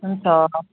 हुन्छ